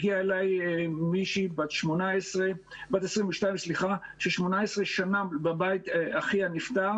הגיעה אליי מישהי בת 22 ש-18 שנה בבית אחיה נפטר